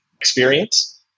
experience